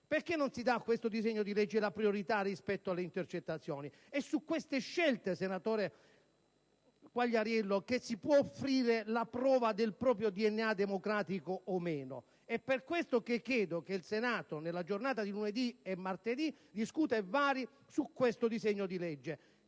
Perché non si dà a questo disegno di legge priorità rispetto a quello sulle intercettazioni? È su queste scelte, senatore Quagliariello, che si può offrire la prova del proprio DNA, democratico o meno. È per questo che chiedo che il Senato nelle prossime giornate di lunedì e martedì discuta e vari questo disegno di legge.